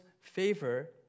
favor